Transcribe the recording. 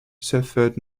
suffered